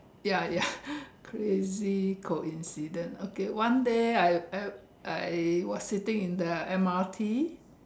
ya ya crazy coincident okay one day I I I was sitting in the M_R_T